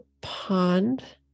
pond